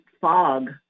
fog